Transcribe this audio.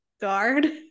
guard